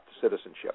citizenship